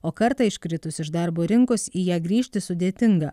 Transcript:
o kartą iškritus iš darbo rinkos į ją grįžti sudėtinga